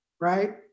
right